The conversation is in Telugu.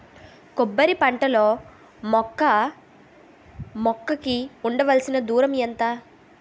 కొబ్బరి పంట లో మొక్క మొక్క కి ఉండవలసిన దూరం ఎంత